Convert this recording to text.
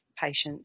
patients